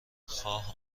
خواه